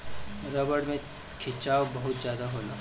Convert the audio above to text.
रबड़ में खिंचाव बहुत ज्यादा होला